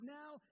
now